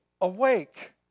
awake